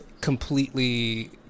completely